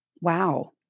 wow